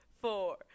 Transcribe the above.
four